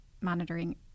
monitoring